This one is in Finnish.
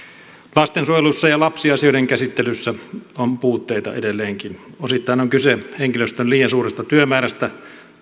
lastensuojelussa ja lapsiasioiden käsittelyssä on puutteita edelleenkin osittain on kyse henkilöstön liian suuresta työmäärästä